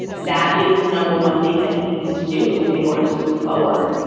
that is the number one thing that he needs to do in order to move forward.